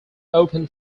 open